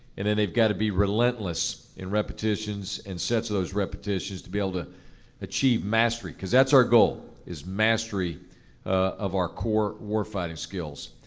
and then they've got to be relentless in repetitions and sets of those repetitions to be able to achieve mastery. because that's our goal, is mastery of our core warfighting skills.